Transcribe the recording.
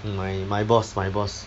my my boss my boss